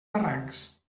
barrancs